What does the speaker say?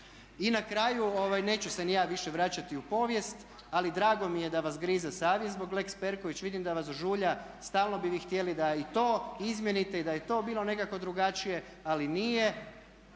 I na kraju neću se ni ja više vraćati u povijest ali drago mi je da vas grize savjest zbog lex Perković, vidim da vas žulja. Stalno bi vi htjeli da i to izmijenite i da je to bilo nekako drugačije ali nije.